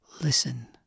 listen